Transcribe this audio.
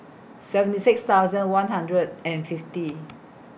seventy six thousand one hundred and fifty